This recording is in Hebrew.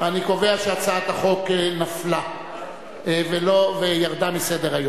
אני קובע שהצעת החוק נפלה וירדה מסדר-היום.